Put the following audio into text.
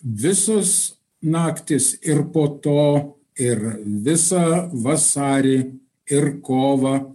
visos naktys ir po to ir visą vasarį ir kovą